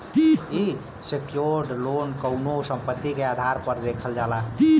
secured loan कउनो संपत्ति के आधार पर देवल जाला